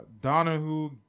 Donahue